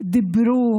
דיברו